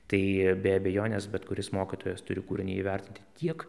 tai be abejonės bet kuris mokytojas turi kūrinį įvertinti tiek